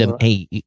Hey